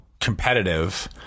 competitive